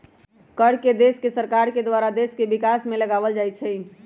कर के देश के सरकार के द्वारा देश के विकास में लगाएल जाइ छइ